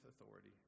authority